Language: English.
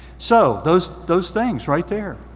so those those things right there,